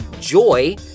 Joy